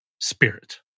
spirit